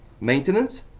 maintenance